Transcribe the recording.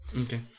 Okay